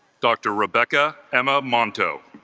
dr. rebecca emma monto